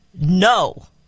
no